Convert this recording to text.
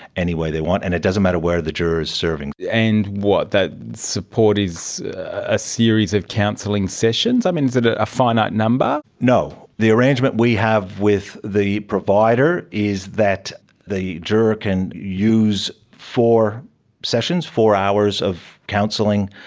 any way they want, and it doesn't matter where the juror is serving. and what, that support is a series of counselling sessions? um is it a finite number? no. the arrangement we have with the provider is that the juror can use four sessions, four hours of counselling,